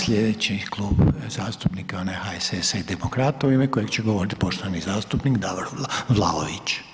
Sljedeći klub zastupnika je onaj HSS-a i Demokrata u ime kojeg će govoriti poštovani zastupnik Davor Vlaović.